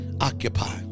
occupy